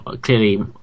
clearly